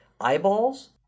eyeballs